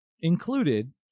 included